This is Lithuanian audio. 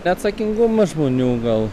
neatsakingumas žmonių gal